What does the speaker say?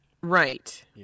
Right